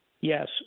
Yes